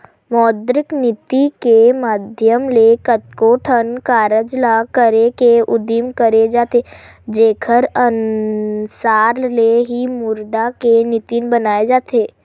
मौद्रिक नीति के माधियम ले कतको ठन कारज ल करे के उदिम करे जाथे जेखर अनसार ले ही मुद्रा के नीति बनाए जाथे